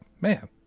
man